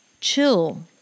chill